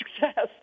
success